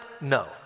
no